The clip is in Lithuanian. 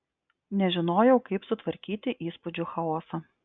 nežinojau kaip sutvarkyti įspūdžių chaosą